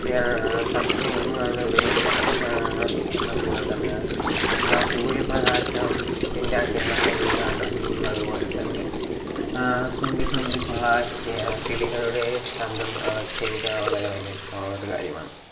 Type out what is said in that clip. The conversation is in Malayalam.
സ് സസ്യങ്ങളുടെയും അതുപോലെതന്നെ ആ സൂര്യപ്രകാശം ത്തിന്റെ കിരണങ്ങളുടെ ആ ഭംഗിയും അതുപോലെതന്നെ ആ സന്ധ്യാസമയത്തുള്ള ആ ചേ കിളികളുടെ ശബ്ദം അതൊക്കെ എനിക്കു വളരെ ഇഷ്ടമുള്ളൊരു കാര്യമാണ്